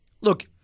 look